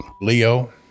Leo